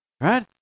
right